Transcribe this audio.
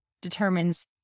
determines